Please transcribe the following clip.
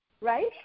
right